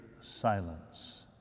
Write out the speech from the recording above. Silence